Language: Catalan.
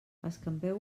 escampeu